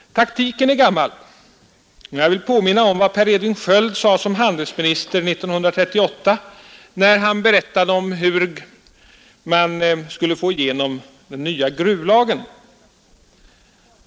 Taktiken är gammal. Jag vill påminna om vad Per Edvin Sköld sade som handelsminister 1938 när han berättade om hur man skulle få igenom den nya gruvlagen.